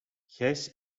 gijs